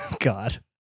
God